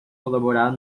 colaborar